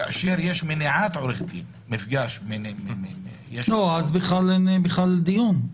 כאשר יש מניעת עורך דין- -- אז אין דיון בכלל.